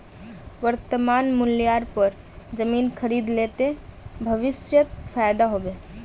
वर्तमान मूल्येर पर जमीन खरीद ले ते भविष्यत फायदा हो बे